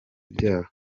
ibyaha